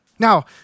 Now